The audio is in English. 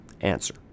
answer